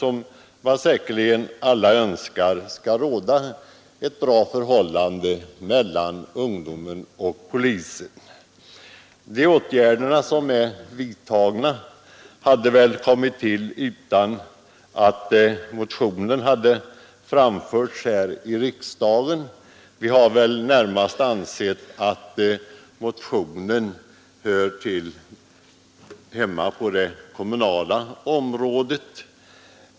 Vi önskar väl alla att det skall råda ett bra förhållande mellan ungdomen och polisen. De åtgärder som vidtagits hade väl kommit till stånd utan att denna motion väckts här i riksdagen — vi har väl närmast ansett att motionen hör hemma på det kommunala området.